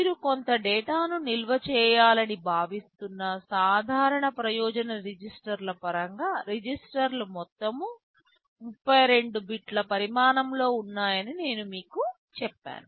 మీరు కొంత డేటాను నిల్వ చేయాలని భావిస్తున్న సాధారణ ప్రయోజన రిజిస్టర్ల పరంగా రిజిస్టర్లు మొత్తం 32 బిట్ల పరిమాణంలో ఉన్నాయని నేను మీకు చెప్పాను